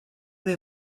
they